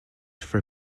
for